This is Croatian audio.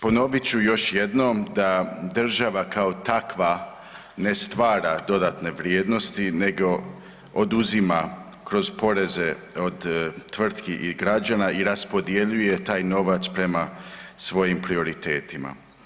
Ponovit ću još jednom da država kao takva ne stvara dodatne vrijednosti nego oduzima kroz poreze od tvrtki i građana i raspodjeljuje taj novac prema svojim prioritetima.